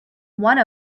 one